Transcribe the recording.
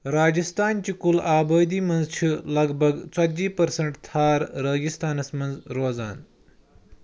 راجستان چہِ کُل آبٲدی منٛز چھِ لَگ بَگ ژَتجی پٔرسنٹ تھار رٲگِستانَس منٛز روزان